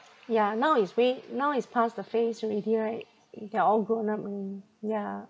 ya now is now is pass the phase already right they are all grown up mm yeah